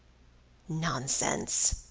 nonsense!